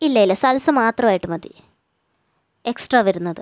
ഇല്ല ഇല്ല സല്സ മാത്രമായിട്ടു മതി എക്സ്ട്രാ വരുന്നത്